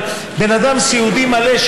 על אדם סיעודי מלא,